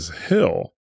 hill